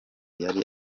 yari